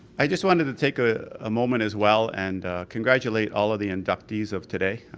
i just wanted to take a ah moment as well and congratulate all of the inductees of today.